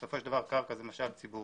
בסופו של דבר קרקע היא משאב ציבורי.